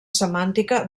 semàntica